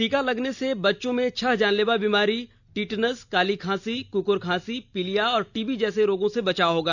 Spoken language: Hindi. टीका लगने से बच्चों में छह जानलेवा बीमारी टिटनस काली खांसी कुकुर खांसी पीलिया और टीबी जैसे रोगों से बचाव होगा